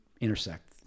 intersect